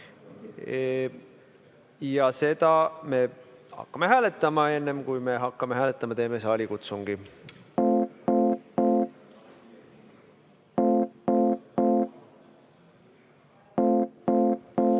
Ja seda me hakkame hääletama. Enne, kui me hakkame hääletama, teeme saalikutsungi. Austatud